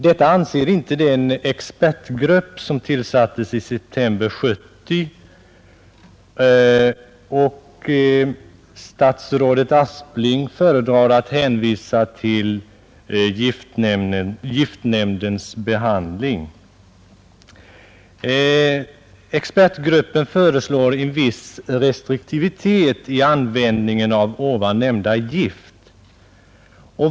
Det anser inte den expertgrupp som tillsattes i september 1970, och statsrådet Aspling föredrar att hänvisa till giftnämndens behandling av frågan. Expertgruppen föreslår en viss restriktivitet i användningen av nämnda gift.